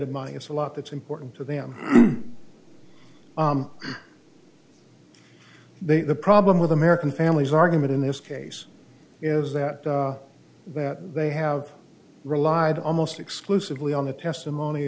of money it's a lot that's important to them they the problem with american families argument in this case is that that they have relied almost exclusively on the testimony